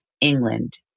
England